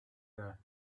there